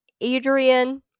Adrian